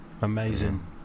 Amazing